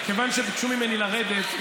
כיוון שביקשו ממני לרדת,